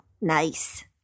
Nice